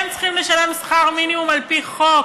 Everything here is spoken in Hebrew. הם צריכים לשלם שכר מינימום על-פי חוק.